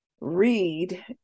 read